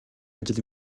ажил